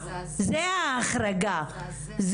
זו ההחרגה,